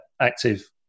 active